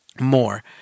more